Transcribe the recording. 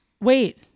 Wait